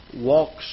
walks